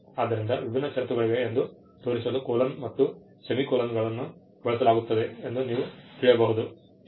ಆದ್ದರಿಂದ ವಿಭಿನ್ನ ಷರತ್ತುಗಳಿವೆ ಎಂದು ತೋರಿಸಲು ಕೊಲೊನ್ ಮತ್ತು ಸೆಮಿಕೋಲನ್ಗಳನ್ನು ಬಳಸಲಾಗುತ್ತದೆ ಎಂದು ನೀವು ತಿಳಿಯಬಹುದು